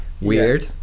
weird